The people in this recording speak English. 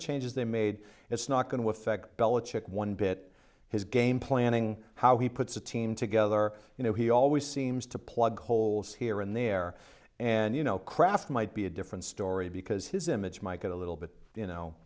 changes they made it's not going to affect belichick one bit his game planning how he puts a team together you know he always seems to plug holes here and there and you know craft might be a different story because his image might get a little bit you know